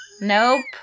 Nope